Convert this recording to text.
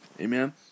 Amen